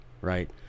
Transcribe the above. right